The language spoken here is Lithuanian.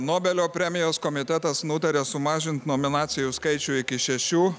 nobelio premijos komitetas nutarė sumažint nominacijų skaičių iki šešių